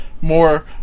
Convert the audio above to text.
More